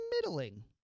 middling